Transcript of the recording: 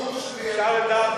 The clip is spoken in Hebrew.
הצעה אחרת.